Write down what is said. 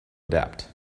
adapt